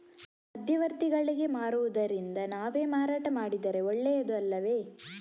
ಮಧ್ಯವರ್ತಿಗಳಿಗೆ ಮಾರುವುದಿಂದ ನಾವೇ ಮಾರಾಟ ಮಾಡಿದರೆ ಒಳ್ಳೆಯದು ಅಲ್ಲವೇ?